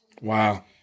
Wow